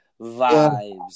vibes